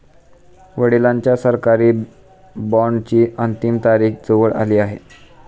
वडिलांच्या सरकारी बॉण्डची अंतिम तारीख जवळ आली आहे